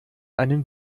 einen